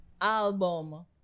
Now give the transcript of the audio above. album